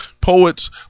poets